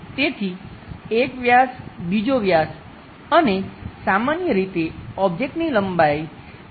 તેથી એક વ્યાસ બીજો વ્યાસ અને સામાન્ય રીતે ઓબ્જેક્ટની લંબાઈ 2